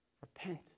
repent